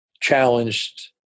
challenged